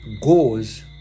goes